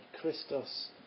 Christos